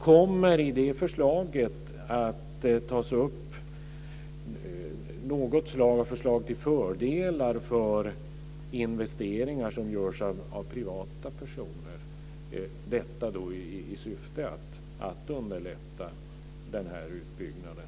Kommer det i de förslagen att ingå någon form av förslag till fördelar för investeringar som görs av privata personer, i syfte att underlätta utbyggnaden?